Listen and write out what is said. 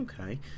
Okay